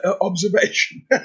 observation